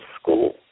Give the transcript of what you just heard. school